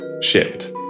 shipped